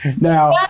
now